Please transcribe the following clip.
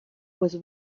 was